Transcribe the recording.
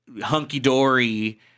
hunky-dory